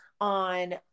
on